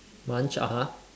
munch (uh huh)